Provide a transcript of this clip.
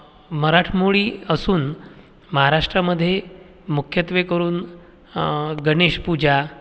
मराठमोळी असून महाराष्ट्रामध्ये मुख्यत्वे करून गणेशपूजा